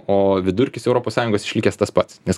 o vidurkis europos sąjungos išlikęs tas pats nes